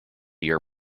your